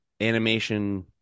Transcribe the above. animation